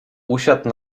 usiadł